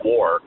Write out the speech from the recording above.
War